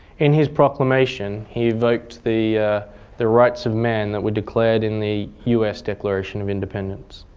in his proclamation he evoked the the rights of men that were declared in the us declaration of independence.